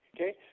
Okay